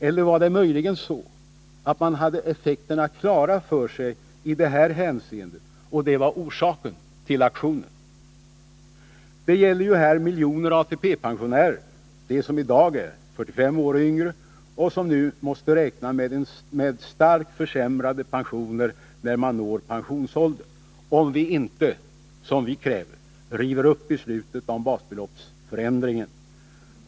Eller var det möjligen så, att man hade effekterna klara för sig i det här hänseendet och att det var orsaken till aktionen? Det gäller ju här miljoner ATP-pensionärer — de som i dag är 45 år och yngre och som nu måste räkna med starkt försämrade pensioner när de uppnår pensionsåldern, om man inte, som vi kräver, river upp beslutet om basbeloppsförändringen.